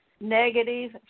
negative